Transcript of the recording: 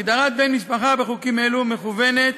הגדרת בן משפחה בחוקים אלה מכוונת